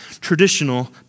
traditional